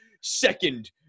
second